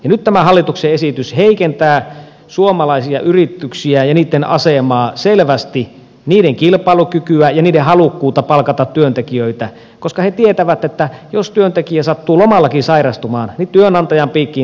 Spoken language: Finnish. nyt tämä hallituksen esitys heikentää suomalaisia yrityksiä ja niitten asemaa selvästi niiden kilpailukykyä ja niiden halukkuutta palkata työntekijöitä koska he tietävät että jos työntekijä sattuu lomallakin sairastumaan niin työnantajan piikkiin sairastetaan